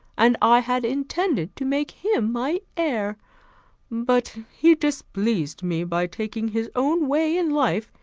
and i had intended to make him my heir but he displeased me by taking his own way in life,